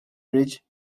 bridge